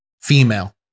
Female